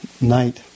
night